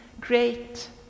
great